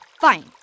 Fine